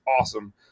awesome